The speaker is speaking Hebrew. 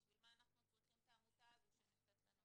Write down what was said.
בשביל מה אנחנו צריכים את העמותה הזאת שנמצאת לנו